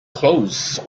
clothes